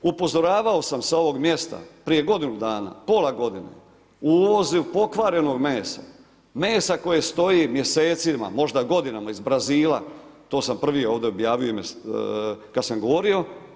Upozoravao sam s ovog mjesta prije godinu dana, pola godine, o uvozu pokvarenog mesa, mesa koje stoji mjesecima, možda godinama iz Brazila, to sam prvi ovdje objavio u ime kad sam govorio.